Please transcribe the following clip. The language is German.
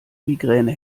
migräne